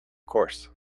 course